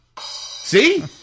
See